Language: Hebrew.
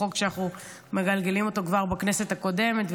הוא חוק שאנחנו מגלגלים אותו כבר מהכנסת הקודמת,